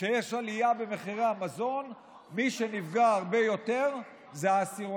שאתה לא תוכל לכפר על אחת כזאת עוד שנים רבות עם החטאים שאתה עושה,